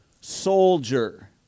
soldier